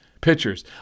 pitchers